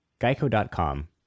geico.com